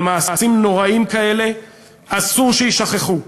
אבל מעשים נוראיים כאלה אסור שיישכחו,